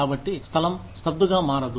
కాబట్టి స్థలం స్తబ్దుగా మారదు